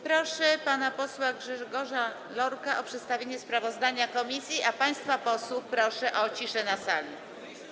Proszę pana posła Grzegorza Lorka o przedstawienie sprawozdania komisji, a państwa posłów proszę o ciszę na sali.